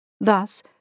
Thus